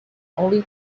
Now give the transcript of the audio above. only